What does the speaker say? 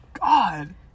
God